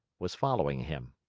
was following him.